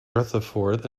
rutherford